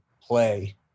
play